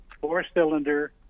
four-cylinder